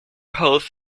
hosts